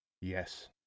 Yes